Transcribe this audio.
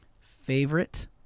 Favorite